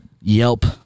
Yelp